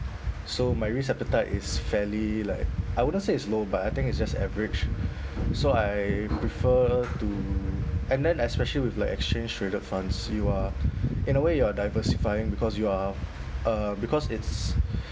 so my risk appetite is fairly like I wouldn't say it's low but I think it's just average so I prefer to and then especially with like exchange traded funds you are in a way you are diversifying because you are uh because it's